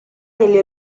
nelle